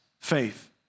faith